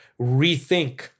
rethink